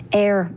air